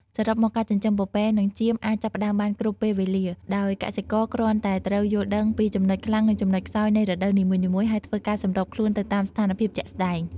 សរុបមក ការចិញ្ចឹមពពែនិងចៀមអាចចាប់ផ្តើមបានគ្រប់ពេលវេលា ដោយកសិករគ្រាន់តែត្រូវយល់ដឹងពីចំណុចខ្លាំងនិងចំណុចខ្សោយនៃរដូវនីមួយៗ ហើយធ្វើការសម្របខ្លួនទៅតាមស្ថានភាពជាក់ស្តែង។